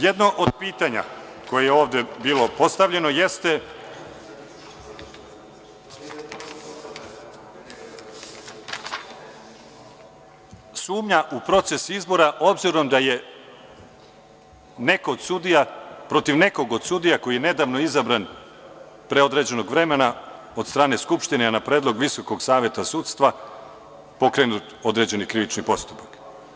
Jedno od pitanja koje je ovde bilo postavljeno jeste sumnja u proces izbora obzirom da je protiv nekog od sudija koji je nedavno izabran, pre određenog vremena, od strane Skupštine, a na predlog VSS pokrenut određeni krivični postupak.